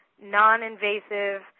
non-invasive